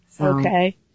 Okay